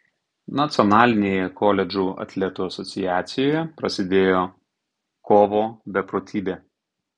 nacionalinėje koledžų atletų asociacijoje prasidėjo kovo beprotybė